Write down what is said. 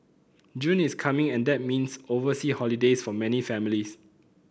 June is coming and that means oversea holidays for many families